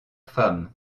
femmes